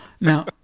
now